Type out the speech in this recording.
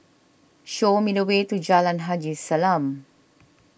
show me the way to Jalan Haji Salam